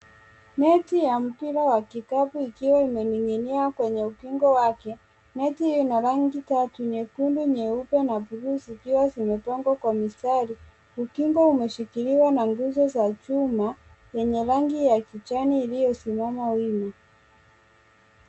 Neti ya mpira wa kikapu ikiwa imeninginia kwenye ukingo wake, neti una rangi tatu nyekundu nyeupe na buluu zikiwa zimepangwa kwa mistari. Ukingo umeshikiliwa na nguzo za chuma yenye rangi ya kijani iliyosimama wima.